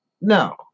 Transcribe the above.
no